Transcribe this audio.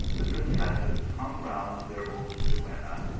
the princesses hung round their old duenna,